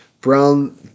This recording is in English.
Brown